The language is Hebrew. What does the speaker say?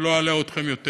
ולא אלאה אתכם יותר.